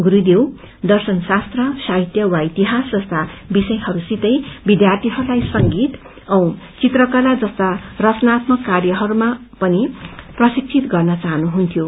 गुरुदेवले दर्शनशास्त्र साहित्य वा इतिहास जस्ता विषयहरूसितै विद्यार्थीहरूलाई संगीत औ चित्रकला जस्ता रचनात्यक कार्यहरूमा पनि प्रशिक्षित गर्न चाहन्ये